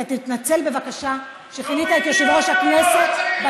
אני מבקשת שתתנצל בפני יושב-ראש הכנסת.